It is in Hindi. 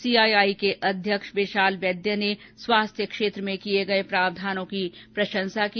सीआईआई के अध्यक्ष विशाल वैद्य ने स्वास्थ्य क्षेत्र में किये गये प्रावधानों की प्रशंसा की